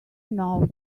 knows